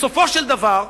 בסופו של דבר,